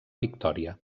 victòria